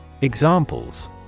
Examples